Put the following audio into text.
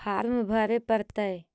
Farm भरे परतय?